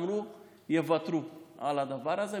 אמרו: יוותרו על הדבר הזה.